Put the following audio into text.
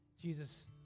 Jesus